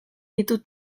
ditu